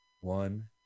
one